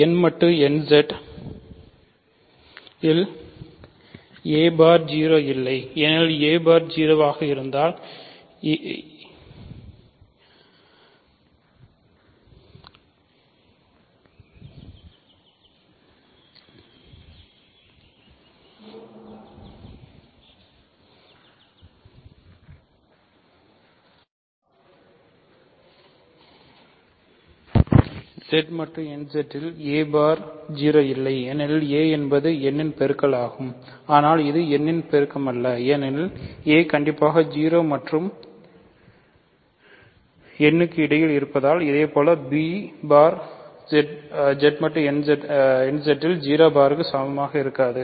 Z மட்டு nZ இல் a பார் 0 இல்லை ஏனெனில் a என்பது n இன் பெருக்கல் ஆகும் ஆனால் இது n இன் பெருக்கமல்ல ஏனெனில் a கண்டிப்பாக 0 மற்றும் n க்கு இடையில் இருப்பதால் இதேபோல் b பார் Z மட்டு nZ இல் 0 பார் சமமாக இருக்காது